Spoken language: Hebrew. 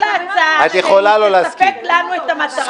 אבל בואו נשמע אם אולי יש לה הצעה שתספק לנו את המטרה שאנחנו רוצים.